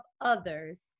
others